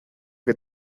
que